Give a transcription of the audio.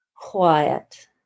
Quiet